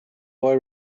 boy